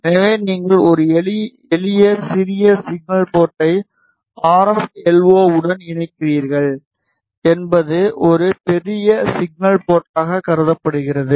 எனவே நீங்கள் ஒரு எளிய சிறிய சிக்னல் போர்டை ஆர்எப் எல்ஓ உடன் இணைக்கிறீர்கள் என்பது ஒரு பெரிய சிக்னல் போர்ட்டாக கருதப்படுகிறது